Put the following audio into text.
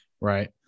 Right